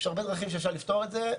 יש הרבה דרכים שאפשר לפתור את זה.